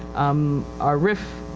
um, our rif,